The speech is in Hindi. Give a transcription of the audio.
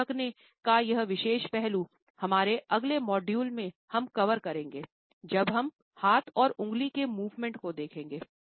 मुंह ढंकने का यह विशेष पहलू हमारे अगले मॉड्यूल में हम कवर करेंगे जब हम हाथ और उंगली के मूवमेंट को देखेंगे